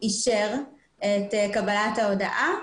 אישר את קבלת ההודעה,